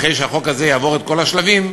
אחרי שהחוק הזה יעבור את כל השלבים,